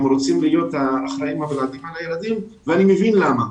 הם רוצים להיות האחראים הבלעדיים על הילדים ואני מבין למה,